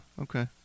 okay